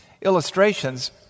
illustrations